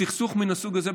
בסכסוך מן הסוג הזה,